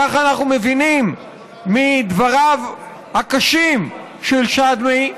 ככה אנחנו מבינים מדבריו הקשים של שדמי,